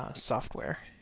ah software.